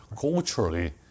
Culturally